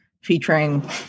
Featuring